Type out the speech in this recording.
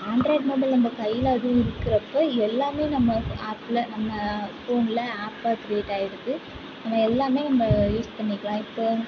Android mobile நம்ம கையில் அதுவும் இருக்கிறப்போ எல்லாம் நம்ம ஆப்பில் நம்ம ஃபோனில் ஆப்பா கிரியேட் ஆகிடுது நம்ம எல்லாம் நம்ம யூஸ் பண்ணிக்கலாம் இப்போது